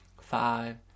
Five